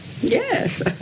Yes